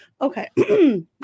okay